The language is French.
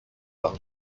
par